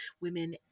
women